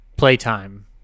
Playtime